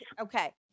Okay